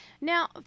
Now